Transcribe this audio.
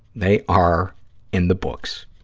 they are in the books.